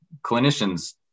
clinicians